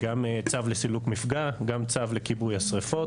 גם צו לסילוק מפגע, גם צו לכיבוי השריפות.